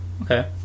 Okay